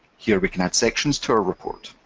here we can add sections to our report.